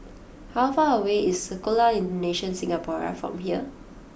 how far away is Sekolah Indonesia Singapura from here